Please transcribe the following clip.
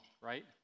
right